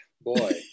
boy